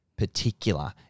particular